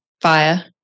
fire